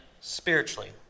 spiritually